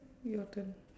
your turn